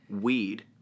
weed